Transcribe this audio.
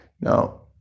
Now